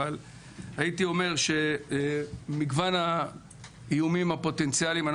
שמגוון האיומים הפוטנציאליים,